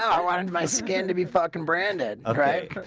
i wanted my skin to be fucking branded okay?